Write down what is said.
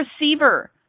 receiver